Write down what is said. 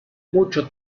mucho